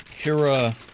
Kira